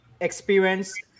experience